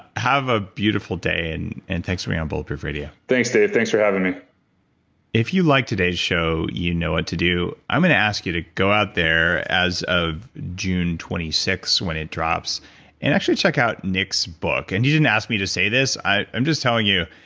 have a beautiful day and and thanks for being on bulletproof radio thanks dave, thanks for having me if you liked today's show, you know what to do. i'm going to ask you to go out there as of june twenty sixth when it drops and actually check out nick's book. and he didn't ask me to say this. i'm just telling you,